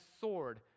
sword